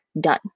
done